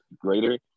greater